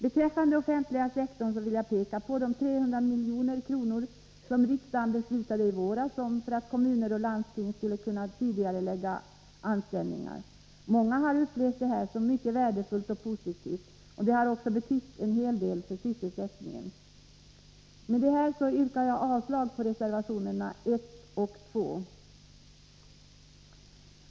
Beträffande den offentliga sektorn vill jag peka på de 300 milj.kr. som riksdagen beslutade om i våras för att kommuner och landsting skulle kunna tidigarelägga anställningar. Många har upplevt det som mycket värdefullt och positivt, och det har betytt en hel del för sysselsättningen. Jag yrkar avslag på reservationerna 1 och 2.